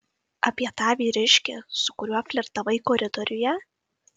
apie tą vyriškį su kuriuo flirtavai koridoriuje